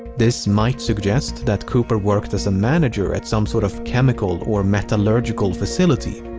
this might suggest that cooper worked as a manager at some sort of chemical or metallurgical facility,